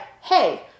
hey